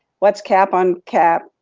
what's cap on cap,